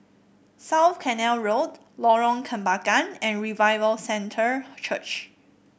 South Canal Road Lorong Kembangan and Revival Center Church